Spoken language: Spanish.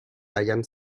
hallan